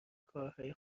کارهای